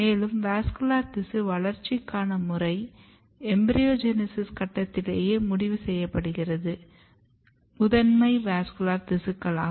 மேலும் வாஸ்குலர் திசு வளர்ச்சிக்கான முறை எம்பிரியோஜெனிசிஸ் கட்டத்திலேயே முடிவு செய்யப்படுகிறது முதன்மை வசுகுலர் திசுக்களாக